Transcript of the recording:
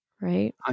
Right